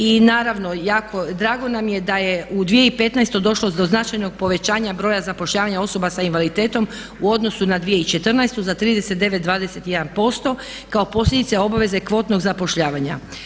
I naravno drago nam je da je u 2015. došlo do značajnog povećanja broja zapošljavanja osoba sa invaliditetom u odnosu na 2014. za 39,21% kao posljedice obaveze kvotnog zapošljavanja.